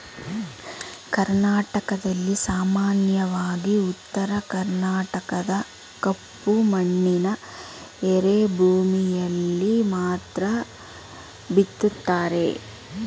ಕರ್ನಾಟಕದಲ್ಲಿ ಸಾಮಾನ್ಯವಾಗಿ ಉತ್ತರ ಕರ್ಣಾಟಕದ ಕಪ್ಪು ಮಣ್ಣಿನ ಎರೆಭೂಮಿಯಲ್ಲಿ ಮಾತ್ರ ಬಿತ್ತುತ್ತಾರೆ